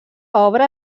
obra